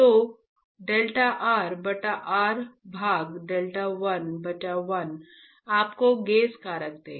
तो delta r बटा r भाग डेल्टा l बटा l आपको गेज कारक देगा